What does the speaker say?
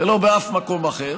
ולא באף מקום אחר.